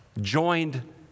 joined